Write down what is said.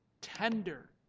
tender